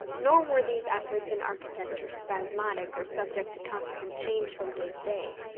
nor were these efforts in architecture spasmodic, or subject to constant change from day to day.